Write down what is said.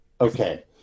Okay